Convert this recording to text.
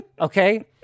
Okay